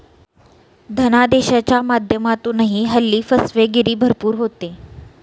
धनादेशाच्या माध्यमातूनही हल्ली फसवेगिरी भरपूर होते